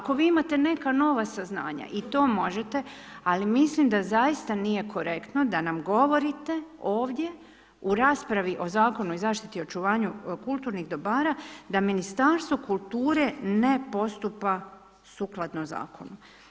Ako vi imate neka nova saznanja i to možete, ali mislim da zaista nije korektno, da nam govorite, ovdje u raspravi o zakonu i zaštiti očuvanju kulturnih dobara, da Ministarstvo kulture, ne postupa sukladno zakonu.